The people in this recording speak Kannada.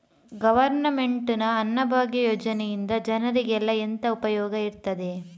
ಗವರ್ನಮೆಂಟ್ ನ ಅನ್ನಭಾಗ್ಯ ಯೋಜನೆಯಿಂದ ಜನರಿಗೆಲ್ಲ ಎಂತ ಉಪಯೋಗ ಇರ್ತದೆ?